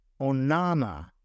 Onana